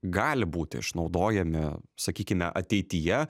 gali būti išnaudojami sakykime ateityje